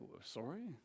sorry